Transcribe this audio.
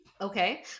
okay